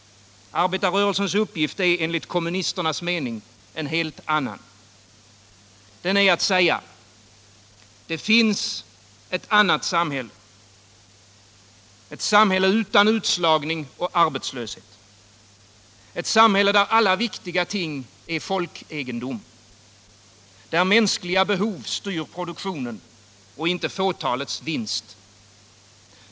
Arbetarrörelsens uppgift är enligt kommunisternas mening en helt annan. Den är att säga: Det finns ett annat samhälle. Ett samhälle utan utslagning och arbetslöshet. Ett samhälle, där alla viktiga ting är folkegendom. Där mänskliga behov styr produktionen, inte fåtalets vinst.